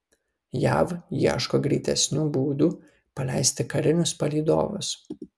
jav ieško greitesnių būdų paleisti karinius palydovus